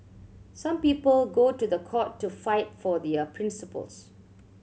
some people go to the court to fight for their principles